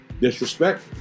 Disrespect